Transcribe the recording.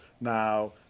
Now